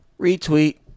Retweet